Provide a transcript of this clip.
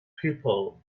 people